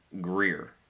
Greer